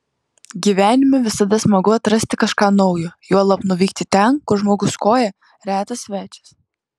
gyvenime visada smagu atrasti kažką naujo juolab nuvykti ten kur žmogus koja retas svečias